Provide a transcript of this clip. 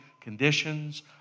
conditions